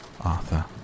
Arthur